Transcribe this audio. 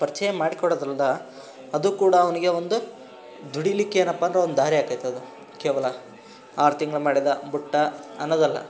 ಪರಿಚಯ ಮಾಡಿಕೊಡೋದ್ರಿಂದ ಅದು ಕೂಡ ಅವನಿಗೆ ಒಂದು ದುಡಿಲಿಕ್ಕೇನಪ್ಪ ಅಂದ್ರೆ ಒಂದು ದಾರಿ ಆಕತಿ ಅದು ಕೇವಲ ಆರು ತಿಂಗ್ಳು ಮಾಡಿದ ಬಿಟ್ಟ ಅನ್ನೋದಲ್ಲ